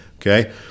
okay